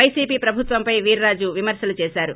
YCP ప్రభుత్వంపై వీర్రాజు విమర్నలు చేశారు